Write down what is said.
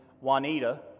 Juanita